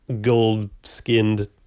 gold-skinned